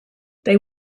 they